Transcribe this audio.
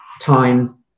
time